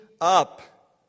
up